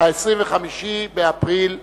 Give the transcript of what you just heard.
25 באפריל למניינם.